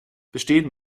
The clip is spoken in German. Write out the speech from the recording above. bestehen